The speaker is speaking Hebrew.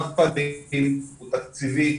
הוא תקציבי.